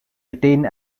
retained